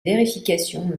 vérification